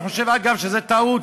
אני חושב שזו טעות.